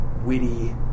witty